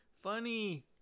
funny